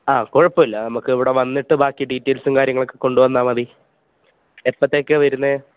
ആ കുഴപ്പമില്ല നമുക്ക് ഇവിടെ വന്നിട്ട് ബാക്കി ഡീറ്റേയില്സും കാര്യങ്ങളും ഒക്കെ കൊണ്ടുവന്നാൽ മതി എപ്പോഴത്തേക്കാണ് വരുന്നത്